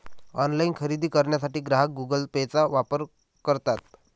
online खरेदी करण्यासाठी ग्राहक गुगल पेचा वापर करतात